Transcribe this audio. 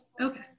Okay